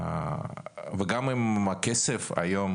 וגם אם הכסף היום